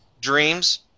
Dreams